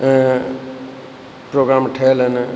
programme ठहियल आहिनि